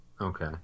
Okay